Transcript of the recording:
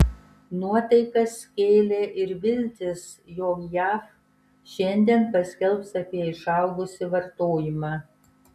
nuotaikas kėlė ir viltys jog jav šiandien paskelbs apie išaugusį vartojimą